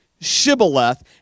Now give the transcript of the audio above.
Shibboleth